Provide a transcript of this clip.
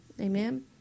Amen